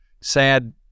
sad